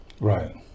Right